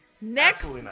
next